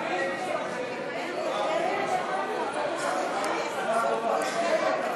חוק שדה-התעופה דב הוז (הוראות מיוחדות),